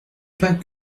pas